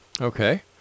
Okay